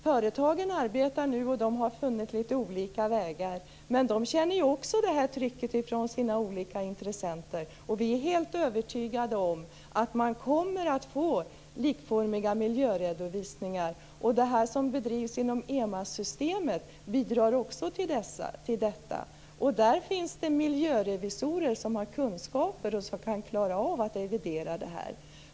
Företagen arbetar nu, och de har funnit litet olika vägar. Men de känner också trycket från olika intressenter. Vi är helt övertygade om att man kommer att få likformiga miljöredovisningar. Det som bedrivs inom enmanssystemet bidrar också till detta. Där finns det miljörevisorer som har kunskaper och som klarar av att revidera detta.